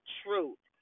truth